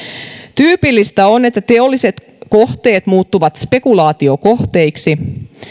tyypillistä on että teolliset kohteet muuttuvat spekulaatiokohteiksi